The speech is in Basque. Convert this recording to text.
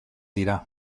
dira